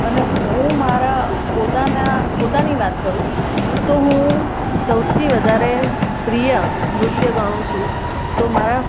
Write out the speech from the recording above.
અને હું મારા પોતાના પોતાની વાત કરું તો હું સૌથી વધારે પ્રિય નૃત્ય ગણું છું તો મારા